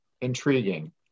intriguing